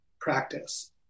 practice